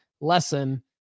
lesson